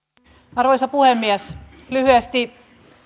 arvoisa puhemies lyhyesti